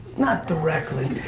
not directly.